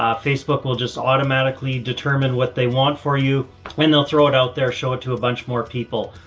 um facebook will just automatically determine what they want for you when they'll throw it out there, show it to a bunch of more people.